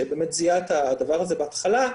שבאמת זיהה את הדבר הזה בהתחלה,